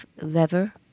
lever